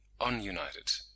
ununited